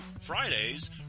Fridays